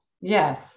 Yes